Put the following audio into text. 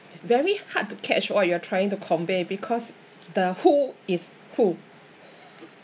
very hard to catch what you're trying to convey because the who is who